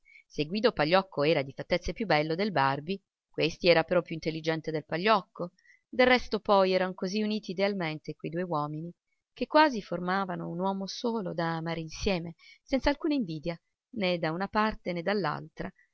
guido pagliocco era di fattezze più bello del barbi questi era però più intelligente del pagliocco del resto poi eran così uniti idealmente quei due uomini che quasi formavano un uomo solo da amare insieme senz'alcuna invidia né da una parte né